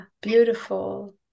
beautiful